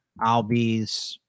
Albies